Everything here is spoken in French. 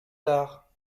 tard